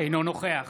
אינו נוכח